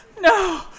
no